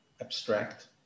abstract